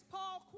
Paul